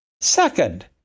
Second